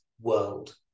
world